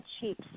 cheap